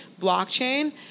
blockchain